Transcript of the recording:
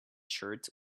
shirt